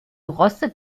rostet